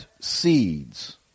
seeds